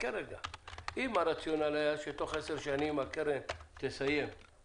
אם הרציונל היה שתוך עשר שנים הקרן תסיים,